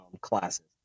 classes